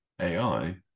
AI